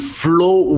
flow